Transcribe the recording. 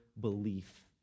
belief